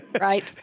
Right